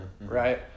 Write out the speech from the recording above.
right